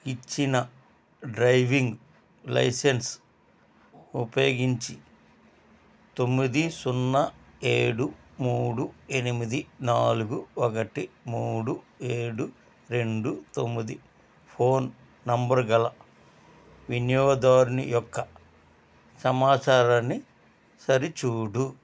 ఇచ్చిన driving license ఉపయోగించి తొమ్మిది సున్నా ఏడు మూడు ఎనిమిది నాలుగు ఒకటి మూడు ఏడు రెండు తొమ్మిది ఫోన్ నంబరు గల వినియోగదారుని యొక్క సమాచారాన్ని సరిచూడు